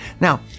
Now